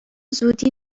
زودی